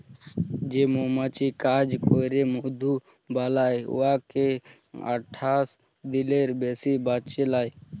যে মমাছি কাজ ক্যইরে মধু বালাই উয়ারা আঠাশ দিলের বেশি বাঁচে লায়